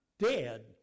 dead